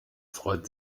freut